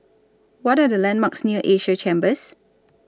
What Are The landmarks near Asia Chambers